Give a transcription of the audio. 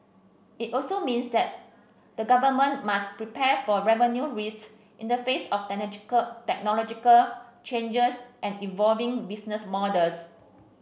it also means that the government must prepare for revenue risks in the face of technological changes and evolving business models